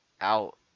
Out